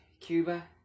Cuba